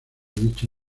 dicho